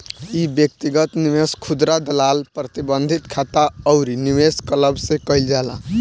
इ व्यक्तिगत निवेश, खुदरा दलाल, प्रतिबंधित खाता अउरी निवेश क्लब से कईल जाला